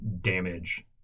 damage